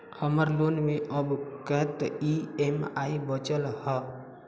हम्मर लोन मे आब कैत ई.एम.आई बचल ह?